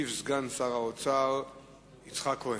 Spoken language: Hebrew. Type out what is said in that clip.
ישיב סגן שר האוצר יצחק כהן.